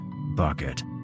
bucket